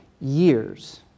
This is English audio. years